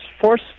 force